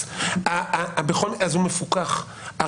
האפוטרופוס הכללי לבדוק גם